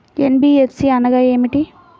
NBFC అనగా ఏమిటీ?